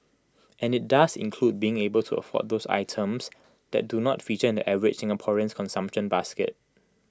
and IT does include being able to afford those items that do not feature in the average Singaporean's consumption basket